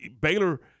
Baylor